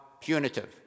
punitive